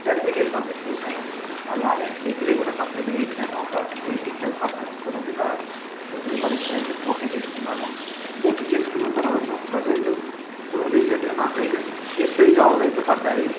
intermediate complete చేశాను అలానే degree కూడా కంప్లీట్ చేశాను ఒక ఎయిటి ఫైవ్ పర్సెంట్తో నైతే నా డిగ్రీ పరీక్షలు అయితే పూర్తి చేసుకున్నాను పూర్తి చేసుకున్న తర్వాత ప్రసెంటు ఇప్పుడు రీసెంట్గా నాకైతే ఎస్ఐ జాబులయితే పడ్డాయి